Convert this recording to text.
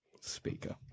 speaker